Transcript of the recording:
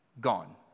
gone